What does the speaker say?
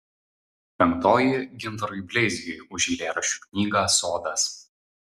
penktoji gintarui bleizgiui už eilėraščių knygą sodas